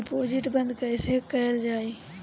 Deposit बंद कैसे कैल जाइ?